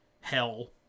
hell